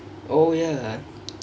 oh ya